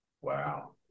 Wow